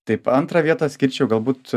taip antrą vietą skirčiau galbūt